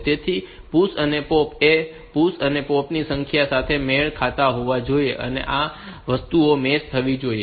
તેથી આ PUSH અને POP એ PUSH અને POP ની સંખ્યા સાથે મેળ ખાતા હોવા જોઈએ અને આ વસ્તુઓ મેચ થવી જોઈએ